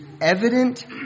evident